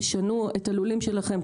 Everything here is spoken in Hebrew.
תשנו את הלולים שלכם,